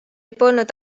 polnud